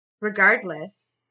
regardless